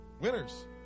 Winners